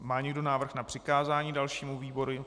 Má někdo návrh na přikázání dalšímu výboru?